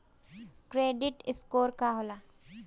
Credit score का होला?